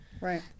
Right